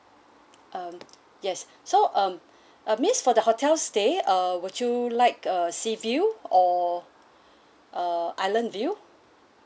um yes so um uh miss for the hotel stay uh would you like a sea view or uh island view